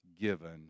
given